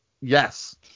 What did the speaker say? yes